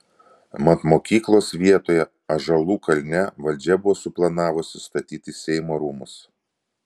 mat mokyklos vietoje ąžuolų kalne valdžia buvo suplanavusi statyti seimo rūmus